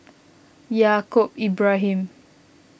Yaacob Ibrahim